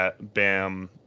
Bam